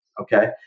okay